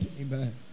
Amen